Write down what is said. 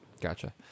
Gotcha